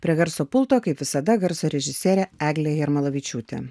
prie garso pulto kaip visada garso režisierė eglė jarmalavičiūtė